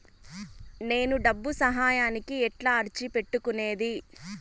నేను డబ్బు సహాయానికి ఎట్లా అర్జీ పెట్టుకునేది?